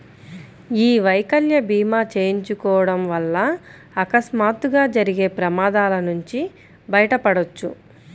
యీ వైకల్య భీమా చేయించుకోడం వల్ల అకస్మాత్తుగా జరిగే ప్రమాదాల నుంచి బయటపడొచ్చు